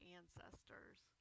ancestors